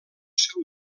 seu